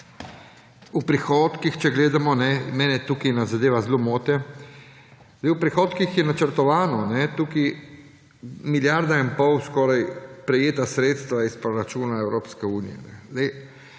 v prihodkih, če gledamo – mene tukaj ena zadeva zelo moti. V prihodkih je načrtovano, tukaj skoraj milijardo in pol prejetih sredstev iz proračuna Evropske unije.